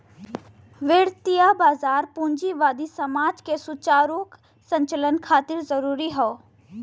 वित्तीय बाजार पूंजीवादी समाज के सुचारू संचालन खातिर जरूरी हौ